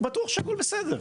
הוא בטוח שהכל בסדר.